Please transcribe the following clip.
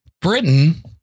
Britain